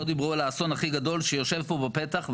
לא דיברו על האסון הכי גדול שיושב פה בפתח,